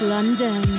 London